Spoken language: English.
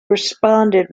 responded